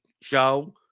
show